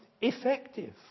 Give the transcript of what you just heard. effective